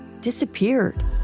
disappeared